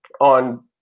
on